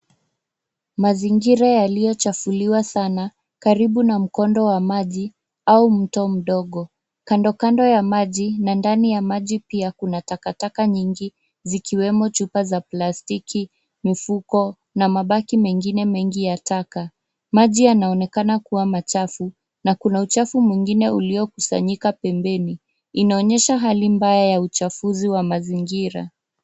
Mazingira yaliyochafuliwa sana, karibu na mkondo wa maji au mto mdogo. Kando kando ya maji na ndani ya maji pia kuna takataka nyingi zikiwemo chupa za plastiki, mfuko na mabaki mengine mengi ya taka. Maji yanaonekana kuwa machafu na kuna uchafu mwingine uliyokusanyika pembeni, inaonesha hali mbaya ya uchafuzi wa mazingira.